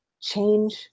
change